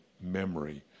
memory